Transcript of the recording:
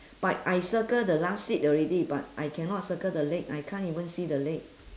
but I circle the last seat already but I cannot circle the leg I can't even see the leg